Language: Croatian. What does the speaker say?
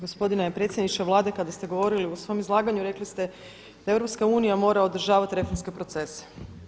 Gospodine predsjedniče Vlade, kada ste govorili u svom izlaganju rekli ste da EU mora održavati reformske procese.